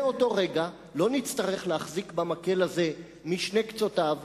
מאותו רגע לא נצטרך להחזיק במקל הזה משני קצותיו,